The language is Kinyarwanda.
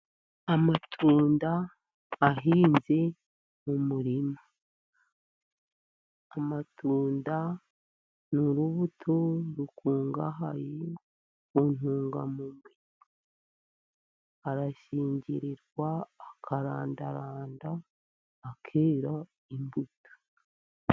Amatunda ahinze mu murima. Amatunda ni urubuto rukungahaye ku ntungamubiri. Arashingirirwa, akarandaranda, akera imbuto.